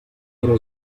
era